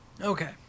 Okay